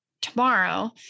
tomorrow